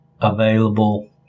available